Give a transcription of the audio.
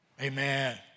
Amen